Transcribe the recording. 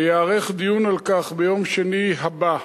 וייערך דיון על כך ביום שני הבא.